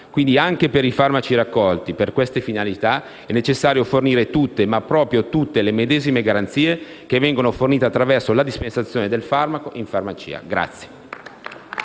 anche per i farmaci raccolti per queste finalità è necessario fornire tutte, ma proprio tutte, le medesime garanzie fornite attraverso la dispensazione del farmaco in farmacia.